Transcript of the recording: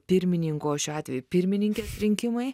pirmininko šiuo atveju pirmininkės rinkimai